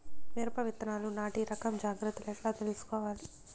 మిరప విత్తనాలు నాటి రకం జాగ్రత్తలు ఎట్లా తీసుకోవాలి?